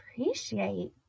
appreciate